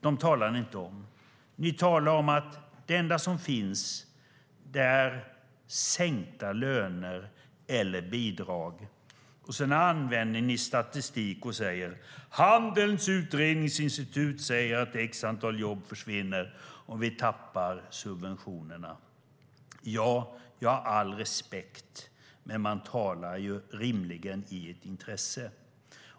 Dem talar ni inte om, utan ni talar om att det enda som finns är sänkta löner eller bidrag. Sedan använder ni statistik och säger: Handelns utredningsinstitut säger att x jobb försvinner om vi tappar subventionerna. Ja, jag har all respekt för det, men man talar ju rimligen utifrån ett intresse.